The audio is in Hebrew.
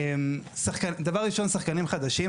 דבר ראשון, שחקנים חדשים.